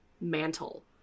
mantle